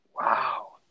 wow